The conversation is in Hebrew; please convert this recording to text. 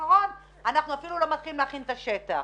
האחרון כאשר אפילו לא מכינים את השטח.